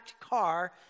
car